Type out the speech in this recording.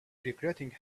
regretting